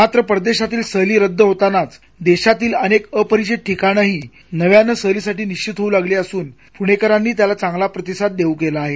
मात्र परदेशातील सहली रद्द होतानाच देशातील अनेक अपरिचित ठिकाणंही नव्यानं सहलीसाठी निश्चित होऊ लागली असून पुणेकरांनीही त्याला चांगला प्रतिसाद दिला आहे